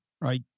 right